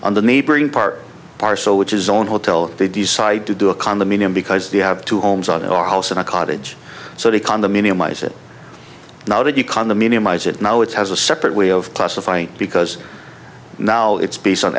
on the neighboring part parcel which is on hotel they decide to do a condominium because they have two homes on our house and a cottage so he condominium i said now did you condominium i said no it's has a separate way of classifying because now it's based on